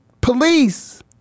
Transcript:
police